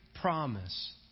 promise